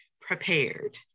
prepared